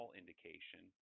indication